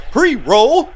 Pre-roll